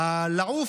לעוף,